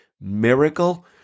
miracle